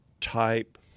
type